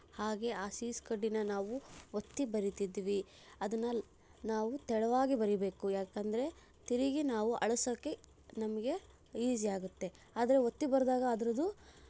ಹಾಗೆ ಆ ಸೀಸ ಕಡ್ಡಿನ ನಾವು ಒತ್ತಿ ಬರೀತಿದ್ವಿ ಅದನ್ನ ನಾವು ತೆಳುವಾಗಿ ಬರೀಬೇಕು ಯಾಕಂದರೆ ತಿರುಗಿ ನಾವು ಅಳಿಸಕ್ಕೆ ನಮಗೆ ಈಸಿಯಾಗತ್ತೆ ಆದರೆ ಒತ್ತಿ ಬರೆದಾಗ ಅದರದು